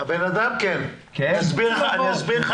כן, אסביר לך